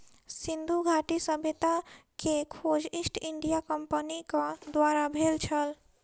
सिंधु घाटी सभ्यता के खोज ईस्ट इंडिया कंपनीक द्वारा भेल छल